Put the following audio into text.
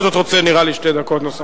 שאתה בכל זאת רוצה שתי דקות נוספות.